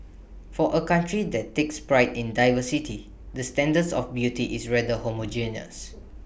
for A country that takes pride in diversity the standards of beauty is rather homogeneous